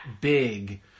big